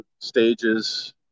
stages